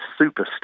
superstar